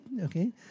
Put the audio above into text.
okay